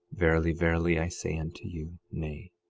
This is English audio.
verily, verily, i say unto you, nay.